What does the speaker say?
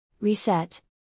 Reset